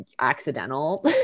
accidental